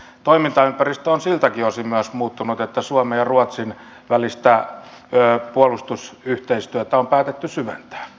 toimintaympäristö on myös muuttunut siltäkin osin että suomen ja ruotsin välistä puolustusyhteistyötä on päätetty syventää